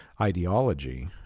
ideology